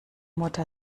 mutter